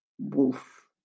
Wolf